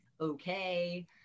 okay